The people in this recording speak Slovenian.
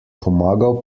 pomagal